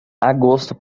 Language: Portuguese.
agosto